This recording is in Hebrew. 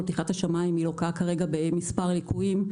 פתיחת השמיים לוקה כרגע במספר ליקויים,